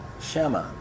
Shema